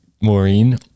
Maureen